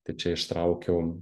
tai čia ištraukiau